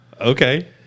Okay